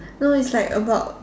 no it's like about